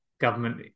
government